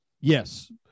Yes